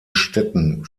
städten